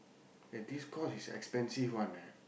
eh this course is expensive one eh